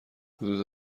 حدود